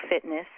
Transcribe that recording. fitness